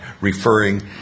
referring